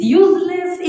useless